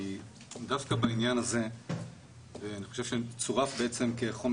כי דווקא בעניין הזה אני חושב שצורף בעצם כחומר